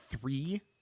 three